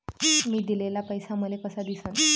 मी दिलेला पैसा मले कसा दिसन?